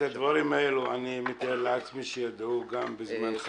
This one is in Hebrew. את הדברים האלה אני מתאר לעצמי שידעו גם בזמן חקיקת החוק.